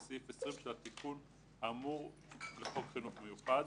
סעיף 20 של התיקון האמור לחוק חינוך מיוחד."